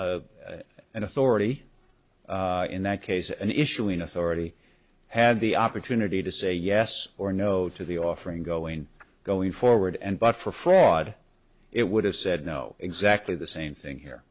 an authority in that case an issuing authority had the opportunity to say yes or no to the offering going going forward and but for fraud it would have said no exactly the same thing here